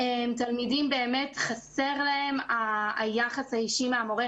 לתלמידים חסר היחס האישי מהמורה,